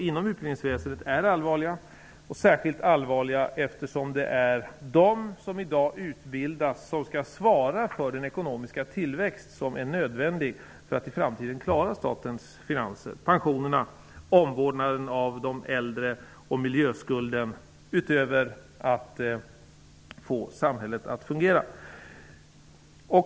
Utöver att få samhället att fungera gäller det pensionerna, omvårdnaden av de äldre och miljöskulden.